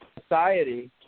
society